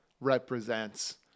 represents